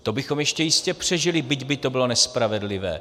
To bychom jistě přežili, byť by to bylo nespravedlivé.